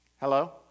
hello